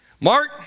Mark